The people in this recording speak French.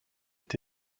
est